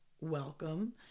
welcome